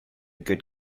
good